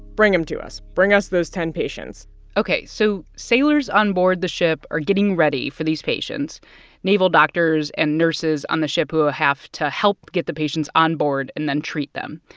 bring them to us, bring us those ten patients ok, so sailors on board the ship are getting ready for these patients naval doctors and nurses on the ship who have to help get the patients on board and then treat them.